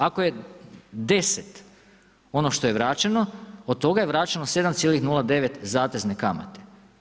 Ako je 10 ono što je vraćeno, od toga je vraćeno 7,09 zatezne kamate.